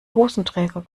hosenträger